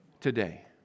today